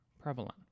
prevalent